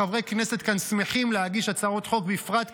חברי כנסת כאן שמחים להגיש הצעות חוק, בפרט כאלו,